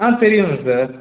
ஆ தெரியுங்க சார்